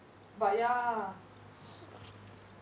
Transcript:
but ya